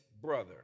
brother